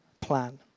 plan